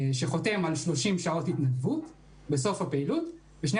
שחותם על 30 שעות התנדבות בסוף הפעילות ואז שתי